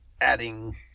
adding